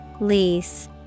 LEASE